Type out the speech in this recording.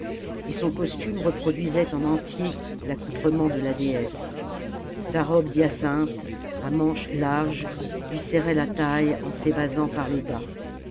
et son costume reproduisait en entier l'accoutrement de la déesse sa robe d'hyacinthe à manches larges lui serrait la taille en s'évasant par le bas